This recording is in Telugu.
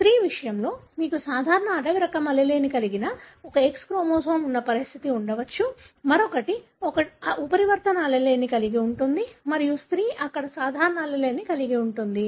స్త్రీ విషయంలో మీకు సాధారణ అడవి రకం allele కలిగిన ఒక X క్రోమోజోమ్ ఉన్న పరిస్థితి ఉండవచ్చు మరొకటి ఒక ఉత్పరివర్తన allele కలిగి ఉంటుంది మరియు స్త్రీ అక్కడ సాధారణ alleleని కలిగి ఉంటుంది